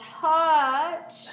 touch